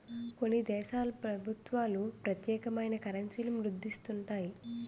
కొన్ని దేశాల ప్రభుత్వాలు ప్రత్యేకమైన కరెన్సీని ముద్రిస్తుంటాయి